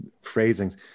phrasings